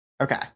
Okay